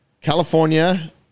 California